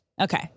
Okay